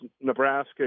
Nebraska